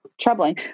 troubling